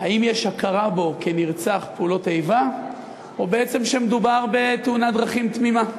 אם יש הכרה בו כנרצח פעולות איבה או שמדובר בתאונת דרכים תמימה.